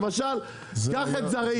למשל קח את זרעית.